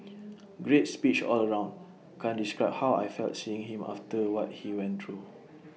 great speech all round can't describe how I felt seeing him after what he went through